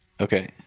okay